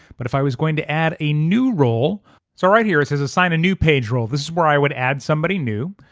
but if i was going to add a new role so right here it says assign a new page role. this is where i would add somebody new.